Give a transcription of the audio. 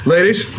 Ladies